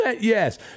yes